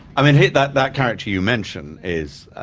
i mean, he, that that character you mention is,